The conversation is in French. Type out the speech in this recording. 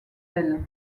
elle